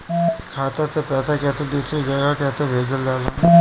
खाता से पैसा कैसे दूसरा जगह कैसे भेजल जा ले?